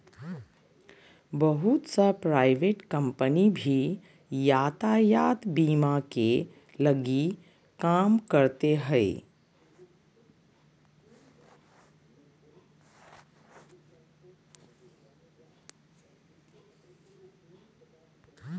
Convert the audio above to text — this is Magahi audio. बहुत सा प्राइवेट कम्पनी भी यातायात बीमा के लगी काम करते हइ